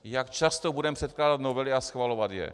Jak často budeme předkládat novely a schvalovat je.